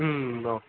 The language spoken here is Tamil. ம் ஓகே